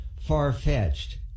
far-fetched